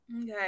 Okay